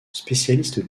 spécialiste